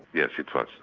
yes it was.